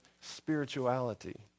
spirituality